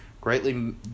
Greatly